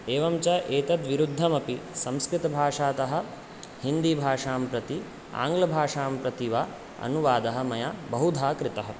एवं च एतद्विरुद्धमपि संस्कृतभाषातः हिन्दीभाषां प्रति आङ्ग्लभाषां प्रति वा अनुवादः मया बहुधा कृतः